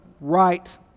right